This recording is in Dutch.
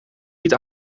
niet